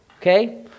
Okay